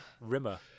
Rimmer